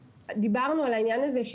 דיברנו על העניין הזה,